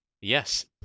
yes